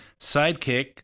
sidekick